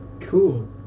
cool